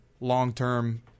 long-term –